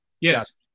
yes